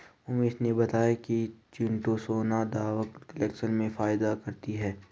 उमेश ने बताया कि चीटोसोंन दवा कोलेस्ट्रॉल में फायदा करती है